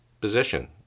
position